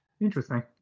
Interesting